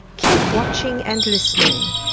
keep watching and listening.